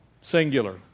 singular